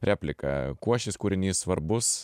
replika kuo šis kūrinys svarbus